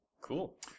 Cool